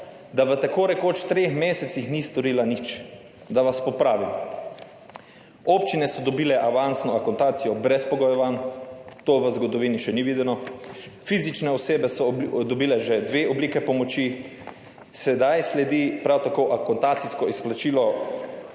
da v tako rekoč treh mesecih ni storila nič. Da vas popravim, občine so dobile avansno akontacijo brez pogojevanj. To v zgodovini še ni videno. Fizične osebe so dobile že dve obliki pomoči. Sedaj sledi prav tako akontacijsko izplačilo